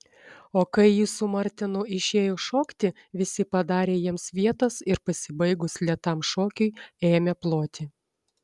o kai ji su martenu išėjo šokti visi padarė jiems vietos ir pasibaigus lėtam šokiui ėmė ploti